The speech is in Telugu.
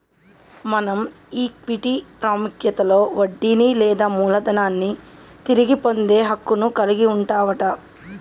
మనం ఈక్విటీ పాముఖ్యతలో వడ్డీని లేదా మూలదనాన్ని తిరిగి పొందే హక్కును కలిగి వుంటవట